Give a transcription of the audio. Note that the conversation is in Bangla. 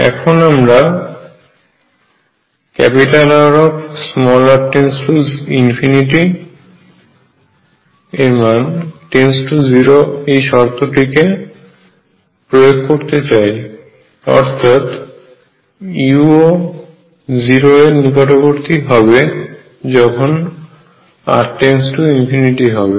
এখন আমরা Rr→∞→0 এই শর্তটিকে কে প্রয়োগ করতে চাই অর্থাৎ u 0 এর নিকটবর্তী হবে যখন r →∞ হবে